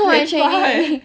damn far eh